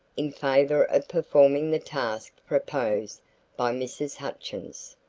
in favor of performing the task proposed by mrs. hutchins.